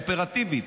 אופרטיבית,